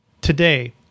Today